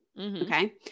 Okay